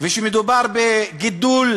ושמדובר בגידול